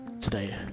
today